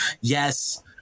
yes